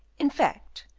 in fact,